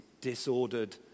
disordered